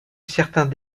certains